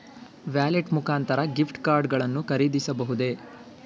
Wallet ಮುಖಾಂತರ gift card ಗಳನ್ನು ಖರೀದಿಸಬಹುದೇ?